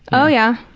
oh yeah.